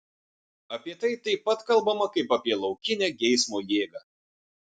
apie tai taip pat kalbama kaip apie laukinę geismo jėgą